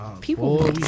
People